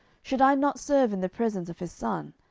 should i not serve in the presence of his son?